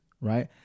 right